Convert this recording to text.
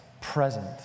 present